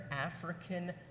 African